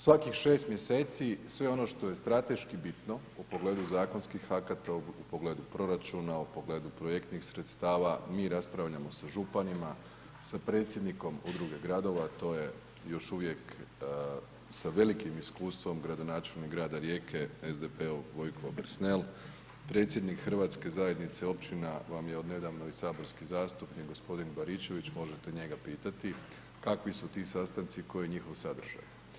Svakih 6 mj. i sve ono što je strateški bitno, u pogledu zakonskih akata, u pogledu proračuna, u pogledu projektnih sredstava, mi raspravljamo sa županima, sa predsjednikom udruge, gradova, to je još uvijek, sa velikim iskustvom gradonačelnik grada Rijeke, SDP-ov Vojko Obersnel, predsjednik hrvatske zajednica, općina vam je od nedavno i saborski zastupnik, gospodin Baričević, možete njega pitati, kakvi su ti sastanci i koji je njihov sadržaj.